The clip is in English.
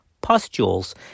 pustules